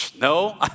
no